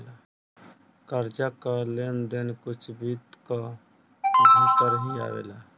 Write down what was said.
कर्जा कअ लेन देन कुल वित्त कअ भितर ही आवेला